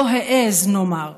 לא העז, נאמר,